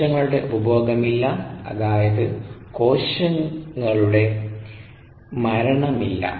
കോശങ്ങളുടെ ഉപഭോഗം ഇല്ലഅതായത് കോശങ്ങളുടെ മരണമില്ല